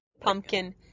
pumpkin